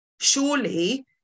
surely